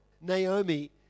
Naomi